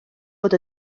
fod